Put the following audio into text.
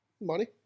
Money